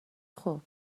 خوب